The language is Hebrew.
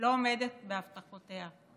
לא עומדת בהבטחותיה.